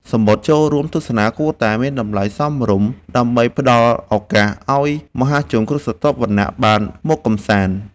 សំបុត្រចូលរួមទស្សនាគួរតែមានតម្លៃសមរម្យដើម្បីផ្ដល់ឱកាសឱ្យមហាជនគ្រប់ស្រទាប់បានមកកម្សាន្ត។